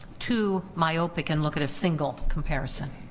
too myopic and look at a single comparison.